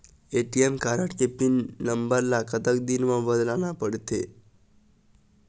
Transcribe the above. ATM card के pin number ला कतक दिन म बदलना पड़थे?